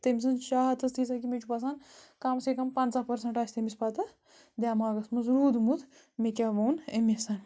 تٔمۍ سٕنٛز چاہَت ٲس تیٖژاہ کہِ مےٚ چھُ باسان کَم سے کَم پَنٛژاہ پٔرسَنٛٹ اَسہِ تٔمِس پَتہٕ دٮ۪ماغَس منٛز روٗدمُت مےٚ کیٛاہ ووٚن أمِس